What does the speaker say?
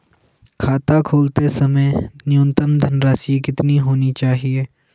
खाता खोलते समय न्यूनतम धनराशि कितनी होनी चाहिए?